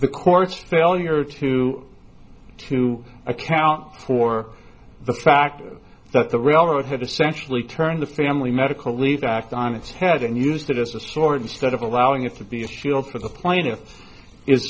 the courts failure to to account for the fact that the railroad had essentially turned the family medical leave act on its head and used it as a sword instead of allowing it to be a field for the plaintiff i